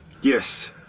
Yes